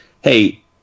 Hey